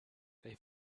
they